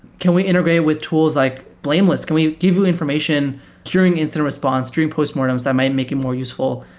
can we integrate with tools like blameless? can we give you information during incident response, during postmortems that may make it more useful?